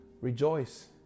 Rejoice